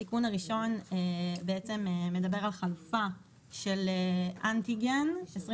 התיקון הראשון מדבר על חלופה של אנטיגן 24